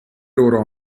loro